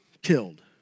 killed